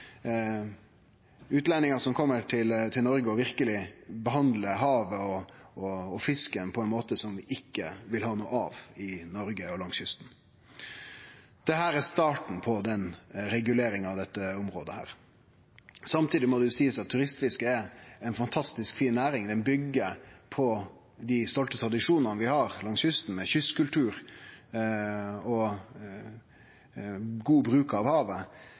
utlendingar som kjem til Noreg og behandlar havet og fisken på ein måte som vi ikkje vil ha noko av. Dette er starten på reguleringa på dette området. Samtidig må det seiast at turistfisket er ei fantastisk fin næring. Ho byggjer på dei stolte tradisjonane vi har langs kysten med kystkultur og god bruk av havet.